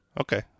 Okay